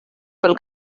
pel